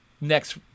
Next